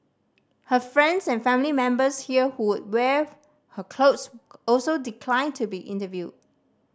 her friends and family members here who wear her clothes also declined to be interviewed